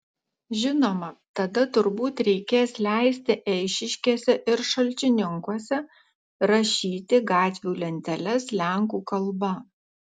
žinoma tada turbūt reikės leisti eišiškėse ir šalčininkuose rašyti gatvių lenteles lenkų kalba